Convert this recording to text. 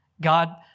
God